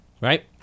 right